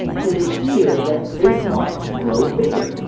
to the ear that they want to grow bigger.